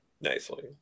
nicely